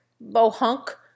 Bohunk